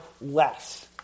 less